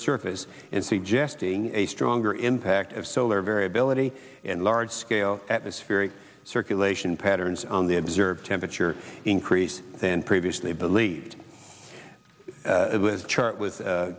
surface in suggesting a stronger impact of solar variability and large scale atmospheric circulation patterns on the observed temperature increase than previously believed it was chart with